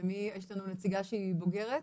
ומי, יש לנו נציגה שהיא בוגרת?